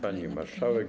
Pani Marszałek!